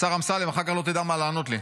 השר אמסלם, אחר כך לא תדע מה לענות לי.